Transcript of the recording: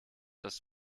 das